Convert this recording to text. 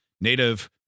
native